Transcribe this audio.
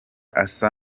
asa